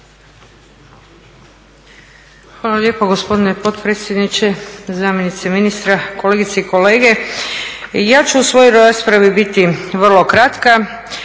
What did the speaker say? Hvala lijepo gospodine potpredsjedniče, zamjenice ministra, kolegice i kolege. Ja ću u svojoj raspravi biti vrlo kratka,